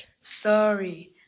Sorry